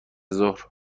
ظهر